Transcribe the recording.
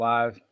Live